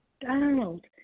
Donald